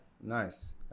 nice